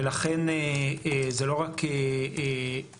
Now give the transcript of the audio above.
ולכן זה לא רק רצון,